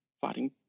fighting